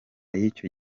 y’icyo